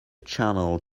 channel